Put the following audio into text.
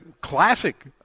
classic